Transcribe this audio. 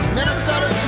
Minnesota